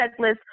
checklist